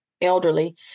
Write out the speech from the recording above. elderly